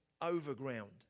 overground